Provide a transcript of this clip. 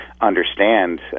understand